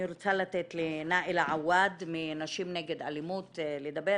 אני רוצה לתת לנאילה עוואד מנשים נגד אלימות לדבר.